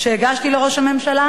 שהגשתי לראש הממשלה,